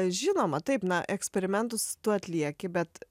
žinoma taip na eksperimentus tu atlieki bet